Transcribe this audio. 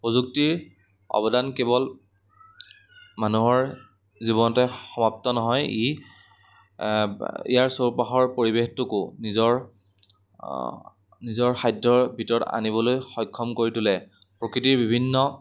প্ৰযুক্তিৰ অৱদান কেৱল মানুহৰ জীৱনতে সমাপ্ত নহয় ই ইয়াৰ চৌপাশৰ পৰিৱেশটোকো নিজৰ নিজৰ খাদ্যৰ ভিতৰত আনিবলৈ সক্ষম কৰি তোলে প্ৰকৃতিৰ বিভিন্ন